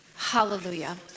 Hallelujah